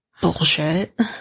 bullshit